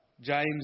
James